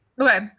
Okay